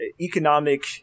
economic